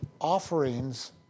offerings